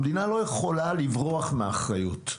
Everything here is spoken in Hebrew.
המדינה לא יכולה לברוח מאחריות.